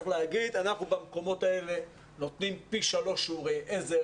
צריך להגיד: אנחנו במקומות האלה נותנים פי שלושה שיעורי עזר,